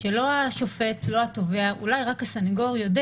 עשו אפיון ראשוני למערכת שהיא הבסיס לתקשורת בין הסנגור לבין הלקוח